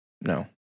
No